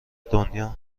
دنیا